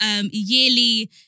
yearly